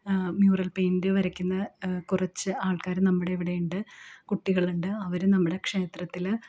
mural paint വരയ്ക്കുന്ന കുറച്ച് ആൾക്കാർ നമ്മുടിവിടെ ഉണ്ട് കുട്ടികളുണ്ട് അവർ നമ്മുടെ ക്ഷേത്രത്തിൽ